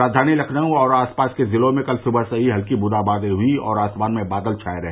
राजधानी लखनऊ और आस पास के ज़िलों में कल सुबह से हल्की बूंदा बांदी हुई और आसमान में बादल छाये रहे